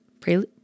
prelude